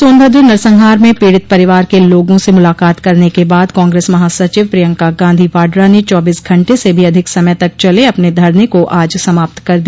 सोनभद्र नरसंहार में पीड़ित परिवार के लोगों से मुलाकात करने के बाद कांग्रेस महासचिव प्रियंका गांधी वाड्रा ने चौबीस घंटे से भी अधिक समय तक चले अपने धरने को आज समाप्त कर दिया